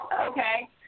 Okay